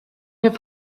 have